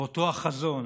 אותו החזון